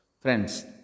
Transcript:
Friends